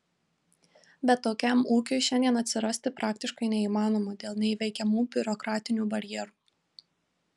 bet tokiam ūkiui šiandien atsirasti praktiškai neįmanoma dėl neįveikiamų biurokratinių barjerų